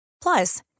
Plus